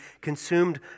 consumed